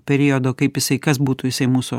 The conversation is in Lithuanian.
periodo kaip jisai kas būtų jisai mūsų